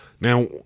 Now